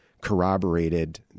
corroborated